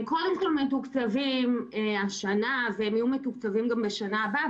הם קודם כל מתוקצבים השנה ויהיו מתוקצבים גם בשנה הבאה,